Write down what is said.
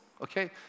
okay